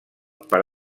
per